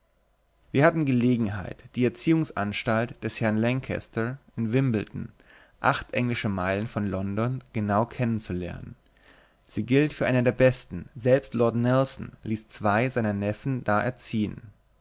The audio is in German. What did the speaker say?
wir hatten gelegenheit die erziehungsanstalt des herrn lancaster in wimbledon acht englische meilen von london genau kennenzulernen sie gilt für eine der besten selbst lord nelson ließ zwei seiner neffen da erziehen